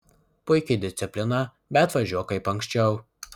puiki disciplina bet važiuok kaip anksčiau